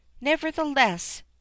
nevertheless